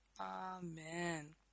Amen